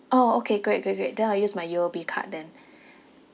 orh okay great great great then I'll use my U_O_B card then